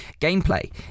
gameplay